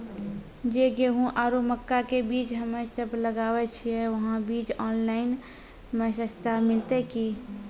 जे गेहूँ आरु मक्का के बीज हमे सब लगावे छिये वहा बीज ऑनलाइन मे सस्ता मिलते की?